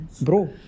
bro